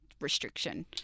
restriction